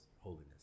holiness